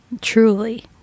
truly